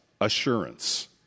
assurance